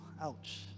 Ouch